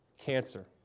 cancer